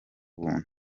buntu